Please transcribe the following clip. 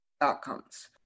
outcomes